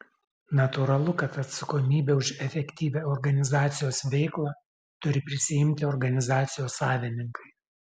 natūralu kad atsakomybę už efektyvią organizacijos veiklą turi prisiimti organizacijos savininkai